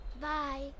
Bye